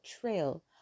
trail